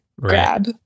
grab